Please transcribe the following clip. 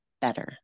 better